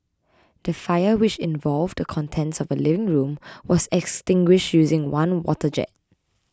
the fire which involved the contents of a living room was extinguished using one water jet